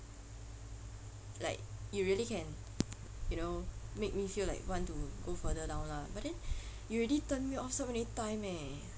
like you really can you know make me feel like want to go further down lah but then you already turned me off so many times eh